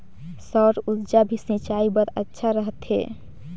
सौर ऊर्जा भी सिंचाई बर अच्छा रहथे?